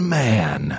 man